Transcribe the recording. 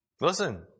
Listen